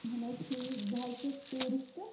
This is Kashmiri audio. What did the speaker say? اہن حظ ٹھیٖک بہٕ حظ چھیٚس ٹیوٗرِسٹ